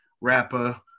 rapper